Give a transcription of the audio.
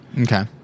Okay